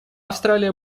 австралия